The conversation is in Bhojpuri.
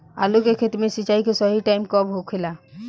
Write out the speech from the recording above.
आलू के खेती मे सिंचाई के सही टाइम कब होखे ला?